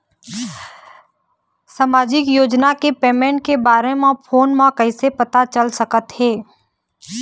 सामाजिक योजना के पेमेंट के बारे म फ़ोन म कइसे पता चल सकत हे?